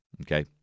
Okay